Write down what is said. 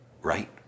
right